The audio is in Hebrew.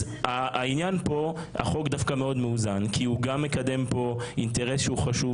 אז העניין פה מאוזן הוא גם מקדם אינטרס שהוא חשוב,